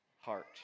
heart